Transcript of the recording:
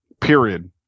period